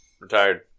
retired